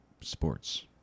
sports